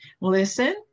Listen